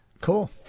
cool